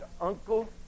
uncle